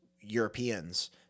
Europeans